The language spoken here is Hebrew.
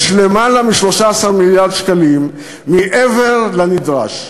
יש למעלה מ-13 מיליארד שקלים מעבר לנדרש.